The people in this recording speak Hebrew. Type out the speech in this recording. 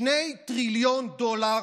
2 טריליון דולר,